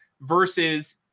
versus